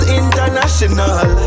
international